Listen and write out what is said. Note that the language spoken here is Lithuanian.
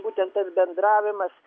būtent tas bendravimas